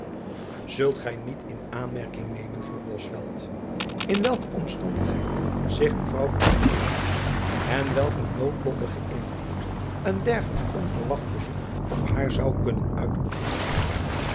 zult gy niet in aanmerking nemen vroeg bosveldt in welke omstandigheid zich mevrouw buat bevindt en welken noodlottigen invloed een dergelijk onverwacht bezoek op haar zoû kunnen uitoefenen